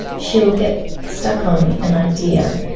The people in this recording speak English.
she'll get stuck on an idea,